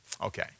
Okay